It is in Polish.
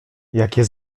jakie